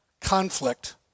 conflict